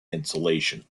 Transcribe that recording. insulation